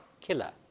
killer